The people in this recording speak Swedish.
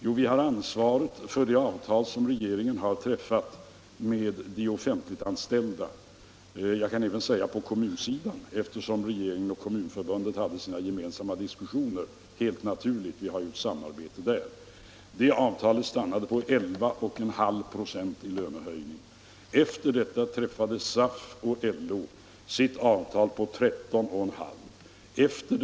Jo, vi har ansvaret för det avtal som regeringen träffat med de offentligt anställda, jag kan även säga på kommunsidan eftersom regeringen och Kommunförbundet hade sina gemensamma diskussioner, helt naturligt eftersom vi har ett samarbete. Det avtalet stannade på 11172 96 i lönehöjning. Efter detta träffade SAF och LO sitt avtal på 13 1/2 96.